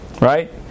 Right